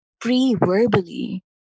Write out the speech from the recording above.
pre-verbally